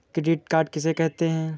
Credit card किसे कहते हैं?